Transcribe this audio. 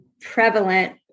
prevalent